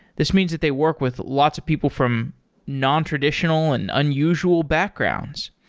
this means that they work with lots of people from nontraditional and unusual backgrounds.